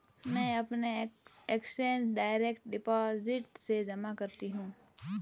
मैं अपने taxes direct deposit से ही जमा करती हूँ